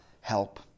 help